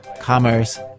Commerce